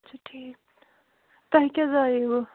اَچھا ٹھیٖک تۄہہِ کیٛاہ زایایوٕ